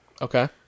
Okay